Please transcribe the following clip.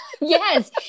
Yes